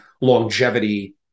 longevity